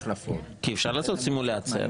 -- כי אפשר לעשות סימולציה הרי.